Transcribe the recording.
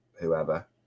whoever